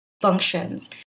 functions